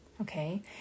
Okay